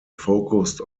focused